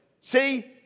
See